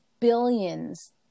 billions